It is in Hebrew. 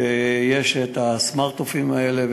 הסמארטפונים האלה,